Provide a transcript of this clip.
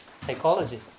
psychology